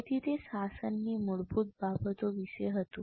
તેથી તે શાસનની મૂળભૂત બાબતો વિશે હતું